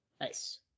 nice